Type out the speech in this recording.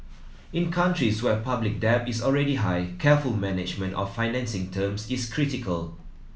in countries where public debt is already high careful management of financing terms is critical